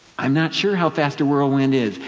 i'm not sure how fast a whirlwind is.